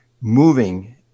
Moving